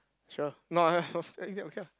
sure no I eh is it okay lah